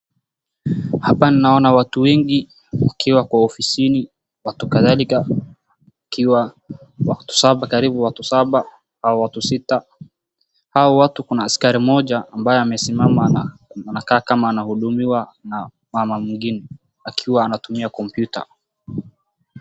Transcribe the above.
Hapa naona watu wengi wakiwa kwa ofisini. Watu kadhalika wakiwa watu saba karibu watu saba au watu sita. Hao watu kuna askari mmoja ambaye amesimama na anakaa kama anahudumiwa na mama mwingine akiwa anatumia computer .